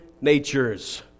natures